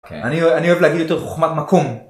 אני אוהב להגיד יותר חוכמת מקום.